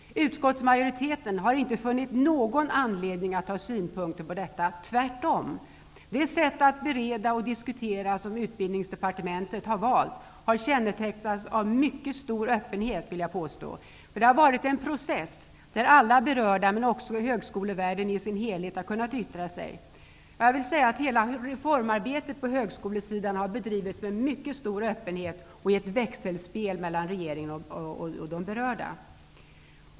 Utskottsmajoriteten har inte funnit någon anledning att ha synpunkter på detta. Tvärtom. Det sätt att bereda och diskutera som Utbildningsdepartementet har valt, har kännetecknats av mycket stor öppenhet. Det har varit en process där alla berörda har kunnat yttra sig, också högskolevärlden i sin helhet. Ja, hela reformarbetet på högskolesidan har bedrivits med mycket stor öppenhet och i ett växelspel mellan regeringen och de berörda.